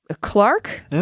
Clark